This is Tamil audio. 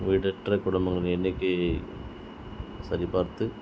வீடற்ற குடும்பங்களின் எண்ணிக்கையை சரி பார்த்து